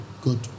Good